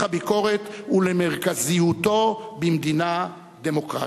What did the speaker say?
הביקורת ולמרכזיותו במדינה דמוקרטית.